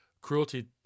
cruelty